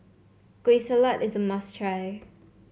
Kueh Salat is a must try